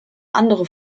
andere